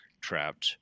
trapped